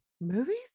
Movies